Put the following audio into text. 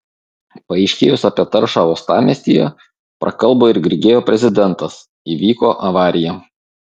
paaiškėjus apie taršą uostamiestyje prakalbo ir grigeo prezidentas įvyko avarija